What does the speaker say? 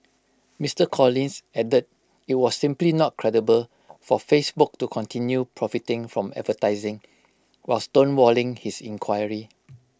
Mister Collins added IT was simply not credible for Facebook to continue profiting from advertising while stonewalling his inquiry